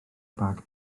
bag